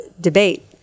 debate